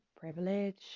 privilege